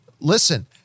listen